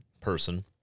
person